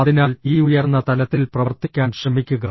അതിനാൽ ഈ ഉയർന്ന തലത്തിൽ പ്രവർത്തിക്കാൻ ശ്രമിക്കുക